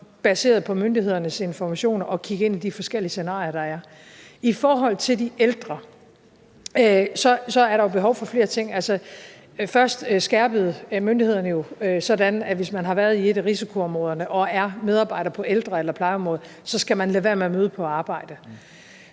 baseret på myndighedernes informationer at kigge ind i de forskellige scenarier, der er. I forhold til de ældre er der jo behov for flere ting. Først skærpede myndighederne det jo sådan, at hvis man har været i et af risikoområderne og er medarbejder på ældre- eller plejeområdet, så skal man lade være med at møde på arbejde.